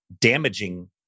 damaging